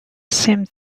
seemed